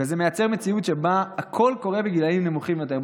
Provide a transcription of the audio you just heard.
וזה מייצר מציאות שבה הכול קורה בגילים נמוכים יותר.